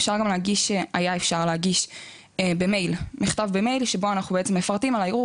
היה אפשר להגיש מכתב באימייל שבו אנחנו מפרטים על הערעור,